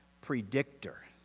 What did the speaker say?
predictor